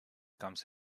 comes